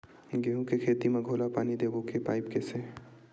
गेहूं के खेती म घोला पानी देबो के पाइप से?